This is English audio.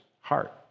heart